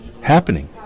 happening